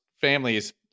families